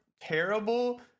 terrible